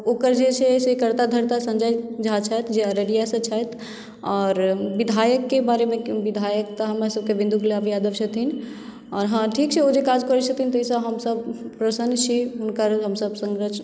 ओकर जे छै से कर्ता धर्ता सञ्जय झा छथि से अररिया से छथि आओर विधायककेँ बारेमे विधायक तऽ हमर सभकेँ बिन्दु कुमार यादव छथिन आओर हँ ठीक छै ओ जे काज करय छथिन ताहिसँ हमसभ प्रसन्न छी हुनकर हमसभ